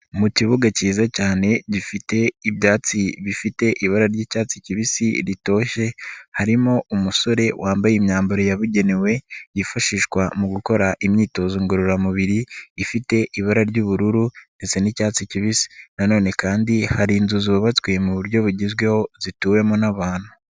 Mu kibuga kiza cyane gifite ibyatsi bifite ibara ry'icyatsi kibisi ritoshye harimo umusore wambaye imyambaro yabugenewe yifashishwa mu gukora imyitozo ngororamubiri ifite ibara ry'ubururu ndetse n'icyatsi kibisi nanone kandi hari inzu zubatswe mu buryo bugezweho zituwemo n'abantu.